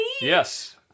Yes